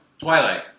twilight